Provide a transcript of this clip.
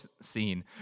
scene